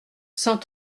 cent